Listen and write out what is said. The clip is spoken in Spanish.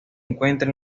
encuentra